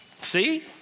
See